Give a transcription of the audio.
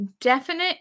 definite